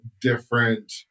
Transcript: different